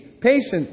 patience